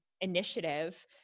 initiative